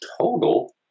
total